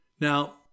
Now